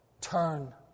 Turn